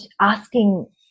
asking